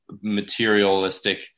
materialistic